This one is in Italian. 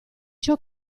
ciò